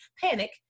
panic